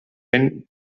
ben